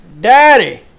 Daddy